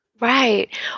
Right